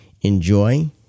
enjoy